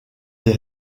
les